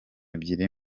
ebyiri